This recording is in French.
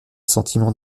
sentiment